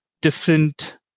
different